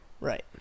Right